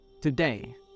today